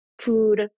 food